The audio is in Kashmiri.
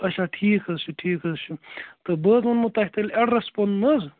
اَچھا ٹھیٖک حظ چھُ ٹھیٖک حظ چھُ تہٕ بہٕ حظ ونمو تۄہہِ تیٚلہِ اٮ۪ڈرس پنُن حظ